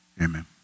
Amen